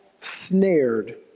snared